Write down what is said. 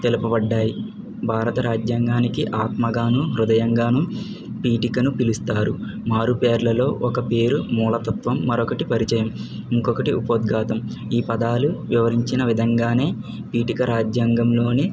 తెలుపబడ్డాయి భారత రాజ్యాంగానికి ఆత్మగానూ హృదయం గాను పీఠికను పిలుస్తారు మారుపేర్లలో ఒక పేరు మూలతత్వం మరొకటి పరిచయం ఇంకొకటి ఉపోద్ఘాతం ఈ పదాలు వివరించిన విధంగానే ఇటుక రాజ్యాంగంలోని